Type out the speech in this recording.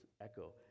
echo